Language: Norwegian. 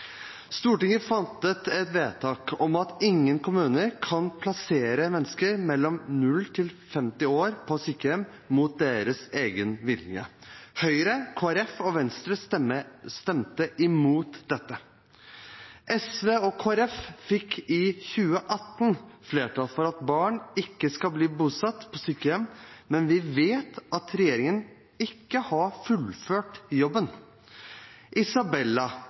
Stortinget fattet et vedtak om at ingen kommuner kan plassere mennesker mellom 0 og 50 år på sykehjem mot deres egen vilje. Høyre, Kristelig Folkeparti og Venstre stemte imot dette. SV og Kristelig Folkeparti fikk i 2018 flertall for at barn ikke skal bli bosatt på sykehjem, men vi vet at regjeringen ikke har fullført jobben. Isabella